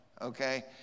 okay